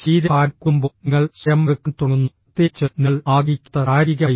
ശരീരഭാരം കൂടുമ്പോൾ നിങ്ങൾ സ്വയം വെറുക്കാൻ തുടങ്ങുന്നു പ്രത്യേകിച്ച് നിങ്ങൾ ആഗ്രഹിക്കാത്ത ശാരീരികമായി